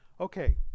Okay